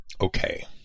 Okay